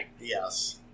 Yes